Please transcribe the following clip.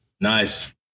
nice